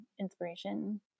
inspiration